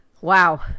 Wow